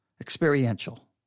experiential